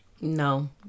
No